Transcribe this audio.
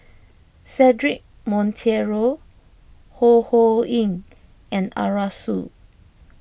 Cedric Monteiro Ho Ho Ying and Arasu